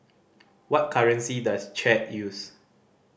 what currency does Chad use